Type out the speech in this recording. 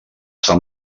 sant